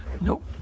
Nope